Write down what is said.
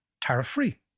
Tariff-free